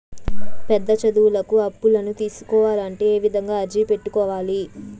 పెద్ద చదువులకు అప్పులను తీసుకోవాలంటే ఏ విధంగా అర్జీ పెట్టుకోవాలి?